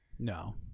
No